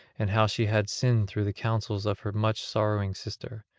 and how she had sinned through the counsels of her much-sorrowing sister,